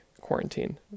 quarantine